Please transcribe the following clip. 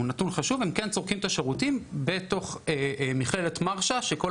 הם כן צורכים את השירותים של מכללת ׳מרשה׳ בתל אביב,